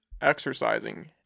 exercising